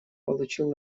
получил